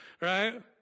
right